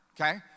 Okay